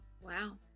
wow